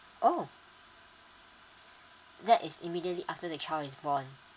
oh that is immediately after the child is born